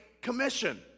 Commission